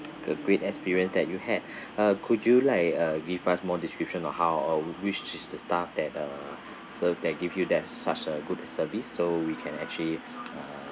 a great experience that you had uh could you like uh give us more description of how uh which is the staff that uh served that give you that such a good service so we can actually uh